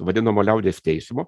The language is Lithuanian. vadinamo liaudies teismo